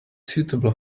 suitable